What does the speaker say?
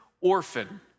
orphan